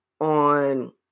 on